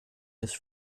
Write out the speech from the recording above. des